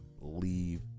leave